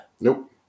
Nope